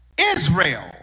Israel